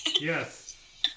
Yes